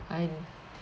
I